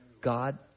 God